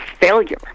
failure